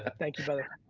ah thank you, brother.